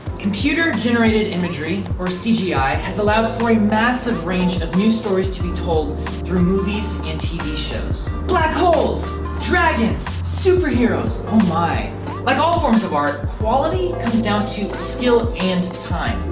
computer-generated imagery or cgi has allowed for a massive range of new stories to be told through movies and tv shows black holes dragons superheroes. oh, my like all forms of art quality comes down to skill and time.